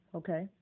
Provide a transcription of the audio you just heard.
okay